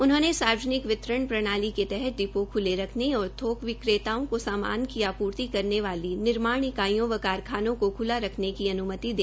उन्होंने सार्वजनिक वितरण प्रणाली के तहत डिपो ख्ले रखने और थोक विक्रता को सामान की आप्र्ति करने वाली निर्माण इकाइयों व कारखानों को ख्ला रखने की अन्मति देने के निर्देश भी दिये है